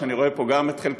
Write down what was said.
ואני רואה פה את חלקן,